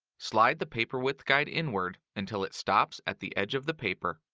slide the paper width guide inward until it stops at the edge of the paper.